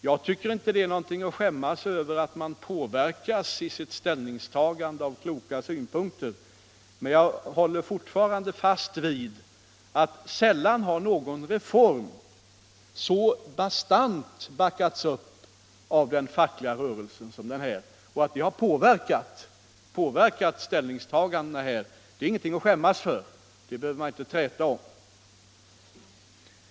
Jag tycker inte att det är någonting att skämmas över att man påverkas i sitt ställningstagande av kloka synpunkter, och jag håller fortfarande fast vid att sällan har någon reform så bastant backats upp av den fackliga rörelsen som denna. Att detta har påverkat ställningstagandena är ingenting att skämmas för — det behöver vi inte träta om.